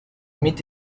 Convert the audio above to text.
meat